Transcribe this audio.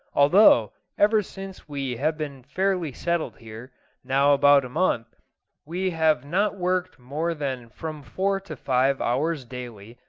although, ever since we have been fairly settled here now about a month we have not worked more than from four to five hours daily,